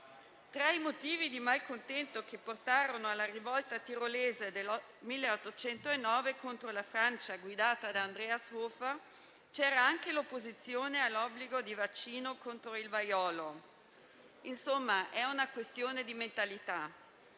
Tra i motivi di malcontento che portarono alla rivolta tirolese del 1809 contro la Francia, guidata da Andreas Hofer, c'era anche l'opposizione all'obbligo di vaccino contro il vaiolo. Insomma, è una questione di mentalità.